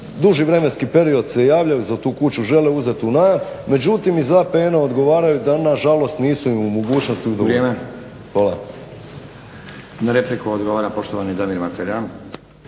duži vremenski period se javljaju za tu kuću, žele uzeti u najam, međutim iz APN-a odgovaraju da oni nažalost nisu im u mogućnosti udovoljiti. …/Upadica: Vrijeme./… Hvala. **Stazić, Nenad (SDP)** Na repliku odgovara poštovani Damir Mateljan.